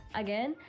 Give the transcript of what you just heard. again